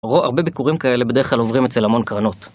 הרבה ביקורים כאלה בדרך כלל עוברים אצל המון קרנות.